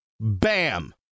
Bam